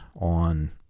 on